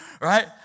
Right